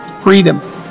freedom